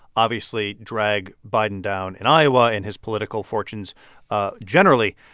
obviously, drag biden down in iowa in his political fortunes ah generally.